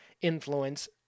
influence